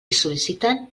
sol·liciten